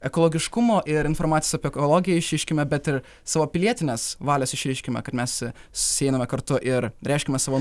ekologiškumo ir informacijos apie ekologiją išreiškime bet ir savo pilietinės valios išreiškimą kad mes sėdame kartu ir reiškiame savo